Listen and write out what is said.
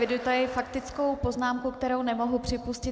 Eviduji faktickou poznámku, kterou nemohu připustit.